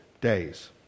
days